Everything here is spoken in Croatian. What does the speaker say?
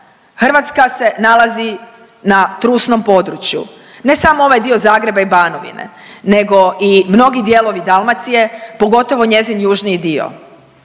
Hrvatska se nalazi na trusnom području, ne samo ovaj dio Zagreba i Banovine nego i mnogi dijelovi Dalmacije pogotovo njezin južniji dio.